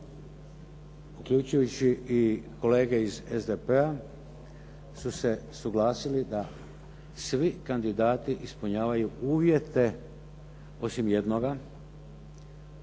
uključujući i kolege iz SDP-a, su se suglasili da svi kandidati ispunjavaju uvjete osim jednoga.